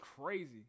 crazy